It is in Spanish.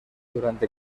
durante